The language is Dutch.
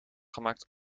gemaakt